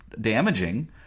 damaging